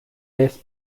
laisse